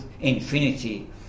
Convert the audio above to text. infinity